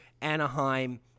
Anaheim